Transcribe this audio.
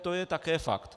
To je také fakt.